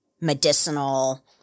medicinal